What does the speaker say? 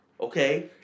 okay